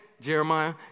Jeremiah